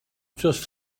just